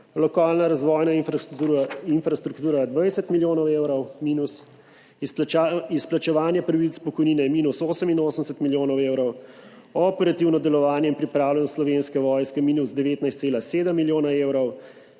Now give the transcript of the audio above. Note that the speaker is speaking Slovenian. lokalna razvojna infrastruktura 20 milijonov evrov minus, izplačevanje pravic pokojnine minus 88 milijonov evrov, operativno delovanje in pripravljenost Slovenske vojske minus 19,7 milijona evrov,